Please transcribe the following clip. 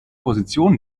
position